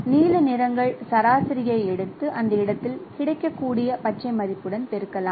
நீல நிறங்கள் சராசரியை எடுத்து அந்த இடத்தில் கிடைக்கக்கூடிய பச்சை மதிப்புடன் பெருக்கலாம்